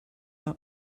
nous